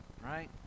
right